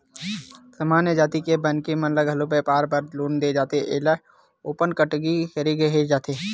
सामान्य जाति के मनखे ल घलो बइपार बर लोन दे जाथे एला ओपन केटेगरी केहे जाथे